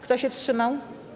Kto się wstrzymał?